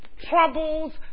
troubles